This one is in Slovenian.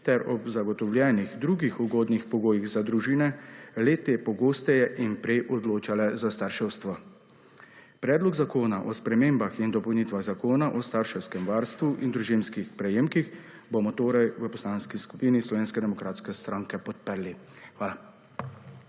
ter ob zagotovljenih drugih ugodnih pogojih za družine le-te pogosteje in prej odločale za starševstvo. Predlog zakona o spremembah in dopolnitvah Zakona o starševskem varstvu in družinskih prejemkih bomo torej v Poslanski skupini Slovenske demokratske stranke podprli. Hvala.